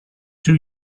two